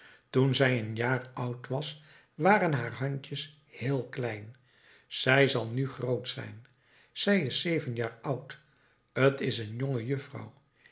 toen zij een jaar oud was waren haar handjes heel klein zij zal nu groot zijn zij is zeven jaar oud t is een jonge